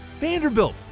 Vanderbilt